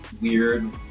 weird